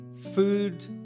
food